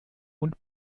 und